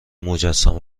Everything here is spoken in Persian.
مجسمه